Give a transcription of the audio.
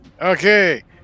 Okay